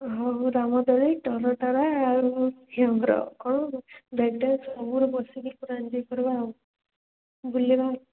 ହଉ ହଉ ରାମଦୋଳି ଟରଟୋରା ଆଉ ହ୍ୟଙ୍ଗର କ'ଣ ସବୁରେ ବସିକି ପୂରା ଏନ୍ଜୟ କରିବା ଆଉ ବୁଲିବା